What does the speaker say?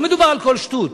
לא מדובר על כל שטות.